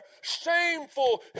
shameful